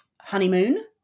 honeymoon